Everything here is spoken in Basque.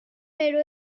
bero